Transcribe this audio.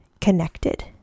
connected